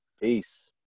Peace